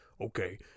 okay